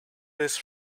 this